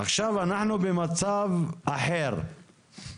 עכשיו אנחנו במצב אחר.